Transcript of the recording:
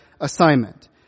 assignment